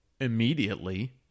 immediately